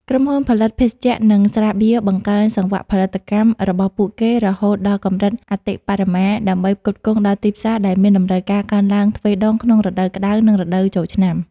ក្រុមហ៊ុនផលិតភេសជ្ជៈ និងស្រាបៀរបង្កើនសង្វាក់ផលិតកម្មរបស់ពួកគេរហូតដល់កម្រិតអតិបរមា ដើម្បីផ្គត់ផ្គង់ដល់ទីផ្សារដែលមានតម្រូវការកើនឡើងទ្វេដងក្នុងរដូវក្តៅ និងរដូវចូលឆ្នាំ។